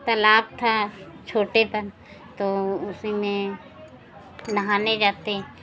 तालाब था छोटे तो उसी में नहाने जाते